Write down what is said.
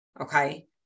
okay